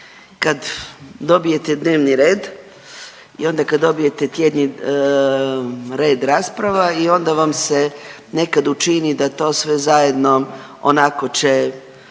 Kad dobijete dnevni red i onda kad dobijete tjedni red rasprava i onda vam se nekad učini da to sve zajedno onako će